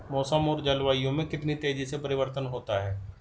मौसम और जलवायु में कितनी तेजी से परिवर्तन होता है?